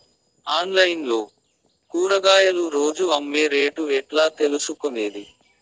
Online లో కూరగాయలు రోజు అమ్మే రేటు ఎట్లా తెలుసుకొనేది?